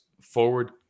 forward